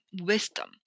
wisdom